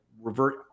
revert